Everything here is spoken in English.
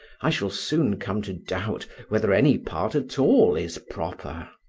i shall soon come to doubt whether any part at all is proper.